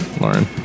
lauren